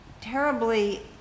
terribly